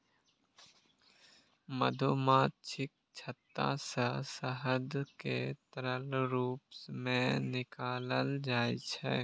मधुमाछीक छत्ता सं शहद कें तरल रूप मे निकालल जाइ छै